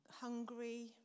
hungry